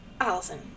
Allison